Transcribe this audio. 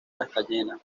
castellana